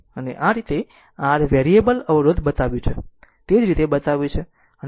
અને આ રીતે r વેરીએબલ અવરોધ બતાવ્યું છે તે જ રીતે બતાવ્યું છે